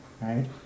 right